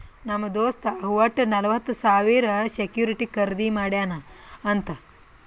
ನಮ್ ದೋಸ್ತ್ ವಟ್ಟ ನಲ್ವತ್ ಸಾವಿರ ಸೆಕ್ಯೂರಿಟಿ ಖರ್ದಿ ಮಾಡ್ಯಾನ್ ಅಂತ್